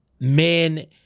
men